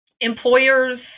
employers